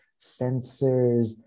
sensors